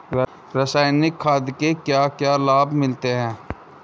रसायनिक खाद के क्या क्या लाभ मिलते हैं?